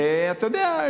שאתה יודע,